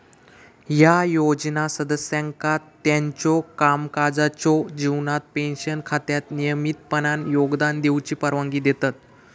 ह्या योजना सदस्यांका त्यांच्यो कामकाजाच्यो जीवनात पेन्शन खात्यात नियमितपणान योगदान देऊची परवानगी देतत